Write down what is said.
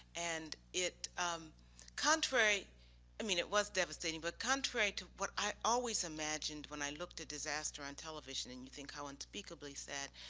and it contrary i mean it was devastating, but contrary to what i always imagined when i looked at disaster on television and you think how unspeakably sad,